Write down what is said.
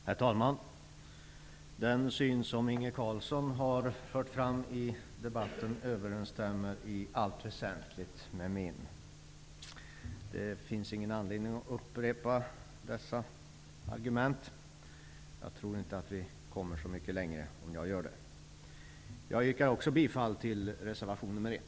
Herr talman! Den syn som Inge Carlsson har fört fram i debatten överensstämmer i allt väsentligt med min. Det finns ingen anledning att upprepa argumenten. Jag tror inte att vi därmed kommer så mycket längre. Jag yrkar också bifall till reservation nr 1.